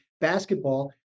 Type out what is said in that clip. basketball